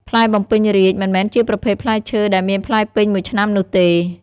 ផ្លែបំពេញរាជ្យមិនមែនជាប្រភេទផ្លែឈើដែលមានផ្លែពេញមួយឆ្នាំនោះទេ។